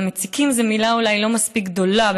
אבל "מציקים" זו אולי מילה לא מספיק גדולה,